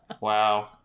Wow